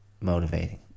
motivating